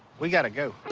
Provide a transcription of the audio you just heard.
we gotta go.